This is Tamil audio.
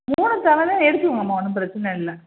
மூணுக்குனாலும் எடுத்துக்கோங்கம்மா ஒன்றும் பிரச்சினை இல்லை